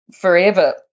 forever